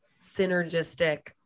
synergistic